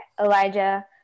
Elijah